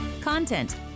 Content